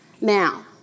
Now